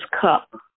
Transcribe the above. cup